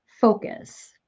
focus